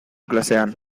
klasean